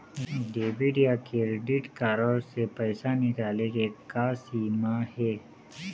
Debit या credit card से पैसा निकाले के का सीमा हे?